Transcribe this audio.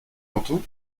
entends